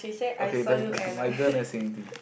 okay the my girl never say anything